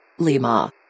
Lima